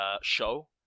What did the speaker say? show